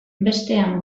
bestean